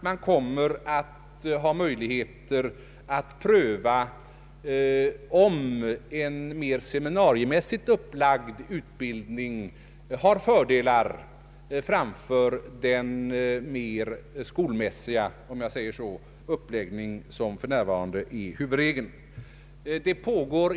Man kommer att få möjlighet att pröva om en mer seminariemässigt upplagd utbildning har fördelar framför den, om jag så får säga, mer skolmässiga Ang. ökat stöd till vuxenutbildningen uppläggning som för närvarande är huvudregeln.